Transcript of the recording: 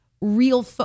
Real